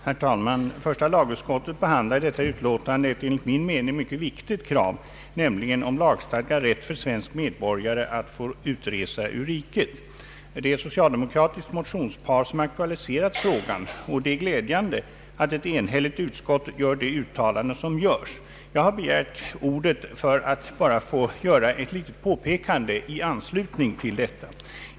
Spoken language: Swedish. Herr talman! Första lagutskottet behandlar i detta utlåtande ett enligt min mening mycket viktigt krav, nämligen om lagstadgad rätt för svensk medborgare att utresa ur riket. Det är ett socialdemokratiskt motionspar som har aktualiserat frågan, och det är glädjan de att ett enhälligt utskott gör detta uttalande. Jag har begärt ordet endast för att göra ett påpekande i anslutning härtill.